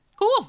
Cool